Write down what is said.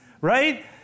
right